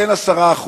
כן 10%,